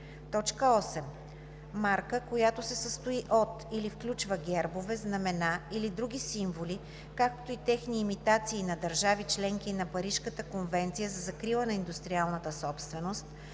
така: „8. марка, която се състои от или включва гербове, знамена или други символи, както и техни имитации на държави – членки на Парижката конвенция за закрила на индустриалната собственост,